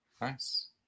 Nice